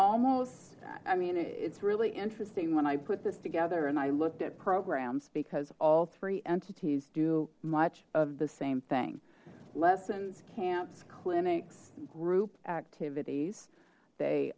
almost i mean it's really interesting when i put this together and i looked at programs because all three entities do much of the same thing lessons camps clinics group activities they